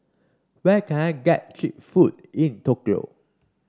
where can I get cheap food in Tokyo